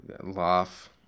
laugh